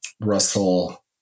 Russell